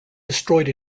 destroyed